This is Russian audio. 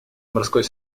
морской